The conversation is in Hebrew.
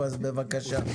בבקשה.